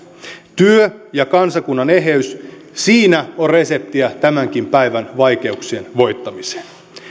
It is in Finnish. työ ja kansakunnan eheys siinä on reseptiä tämänkin päivän vaikeuksien voittamiseen